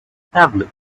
tablet